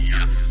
Yes